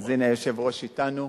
אז הנה, היושב-ראש אתנו.